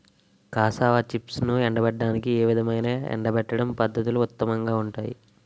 Cassava చిప్స్ను ఎండబెట్టడానికి ఏ విధమైన ఎండబెట్టడం పద్ధతులు ఉత్తమంగా ఉంటాయి?